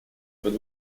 под